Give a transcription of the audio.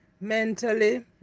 mentally